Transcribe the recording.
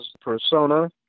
persona